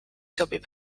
sobib